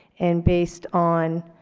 and based on,